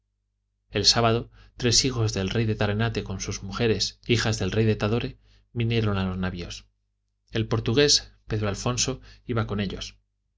el sábado tres hijos del rey de tarenate con sus mujeres hijas del rey de tadore vinieron a los navios el portugués pedro alfonso iba con ellos